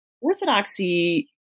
orthodoxy